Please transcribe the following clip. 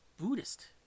Buddhist